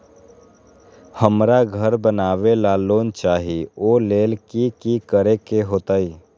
हमरा घर बनाबे ला लोन चाहि ओ लेल की की करे के होतई?